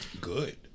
good